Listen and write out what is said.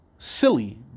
silly